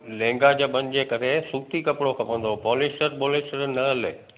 लहंगा जबनि जे करे सूती कपिड़ो खपंदो हो पॉलिस्टर वॉलिस्टर न हले